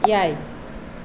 ᱮᱭᱟᱭ